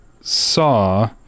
saw